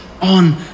on